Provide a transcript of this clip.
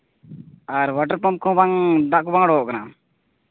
ᱟᱨ water ᱯᱟᱢ ᱠᱚᱦᱚᱸ ᱵᱟᱝ ᱫᱟᱜ ᱠᱚ ᱵᱟᱝ ᱩᱰᱩᱠᱚᱜ ᱠᱟᱱᱟ